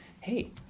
hey